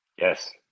Yes